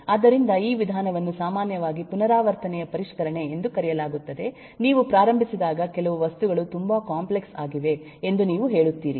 ಆದ್ದರಿಂದ ಈ ವಿಧಾನವನ್ನು ಸಾಮಾನ್ಯವಾಗಿ ಪುನರಾವರ್ತನೆಯ ಪರಿಷ್ಕರಣೆ ಎಂದು ಕರೆಯಲಾಗುತ್ತದೆ ನೀವು ಪ್ರಾರಂಭಿಸಿದಾಗ ಕೆಲವು ವಸ್ತುಗಳು ತುಂಬಾ ಕಾಂಪ್ಲೆಕ್ಸ್ ಆಗಿವೆ ಎಂದು ನೀವು ಹೇಳುತ್ತೀರಿ